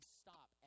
stop